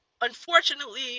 unfortunately